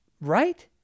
Right